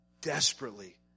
desperately